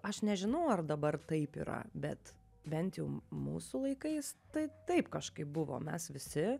aš nežinau ar dabar taip yra bet bent jau mūsų laikais tai taip kažkaip buvo mes visi